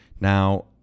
Now